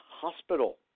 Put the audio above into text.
hospital